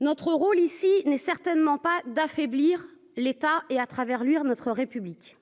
notre rôle ici n'est certainement pas d'affaiblir l'État et à travers, lire notre République,